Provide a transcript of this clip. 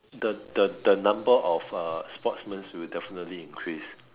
the the the number of uh sportsmen will definitely increase